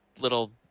little